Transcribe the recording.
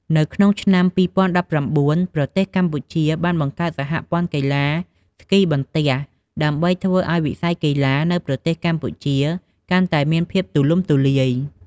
នៅក្នុងឆ្នាំ ២០១៩ ប្រទេសកម្ពុជាបានបង្កើតសហព័ន្ធកីឡាស្គីក្ដារបន្ទះ ដើម្បីធ្វើឱ្យវិស័យកីឡានៅប្រទេសកម្ពុជាកាន់តែមានភាពទូលំទូលាយ។